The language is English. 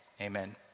amen